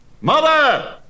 Mother